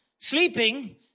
sleeping